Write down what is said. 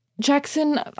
Jackson